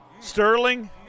Sterling